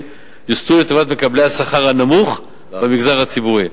יוסטו לטובת מקבלי השכר הנמוך במגזר הציבורי.